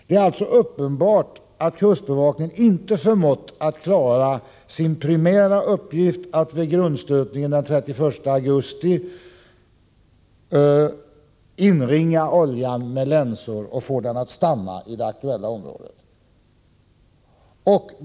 Det är uppenbart att kustbevakningen inte förmått klara sin primära uppgift att vid grundstötningen den 31 augusti inringa oljan med länsor och få den att stanna i det aktuella området.